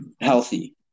healthy